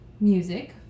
music